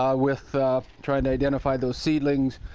ah with trying to identify those seedlings.